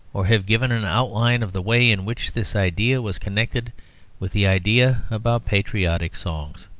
or have given an outline of the way in which this idea was connected with the idea about patriotic songs.